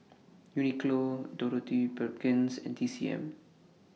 Uniqlo Dorothy Perkins and T C M